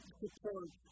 support